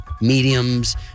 mediums